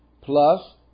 plus